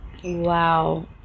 Wow